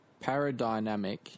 paradynamic